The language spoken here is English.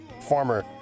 farmer